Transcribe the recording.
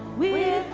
we